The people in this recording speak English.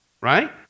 Right